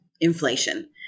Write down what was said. inflation